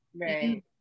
Right